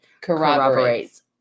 Corroborates